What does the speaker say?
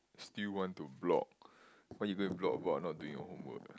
still want to blog why you go and blog about not doing your homework ah